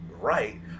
right